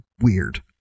weird